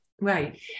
right